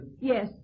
Yes